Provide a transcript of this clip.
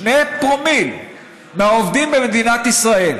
שני פרומיל מהעובדים במדינת ישראל.